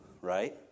right